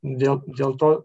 dėl dėl to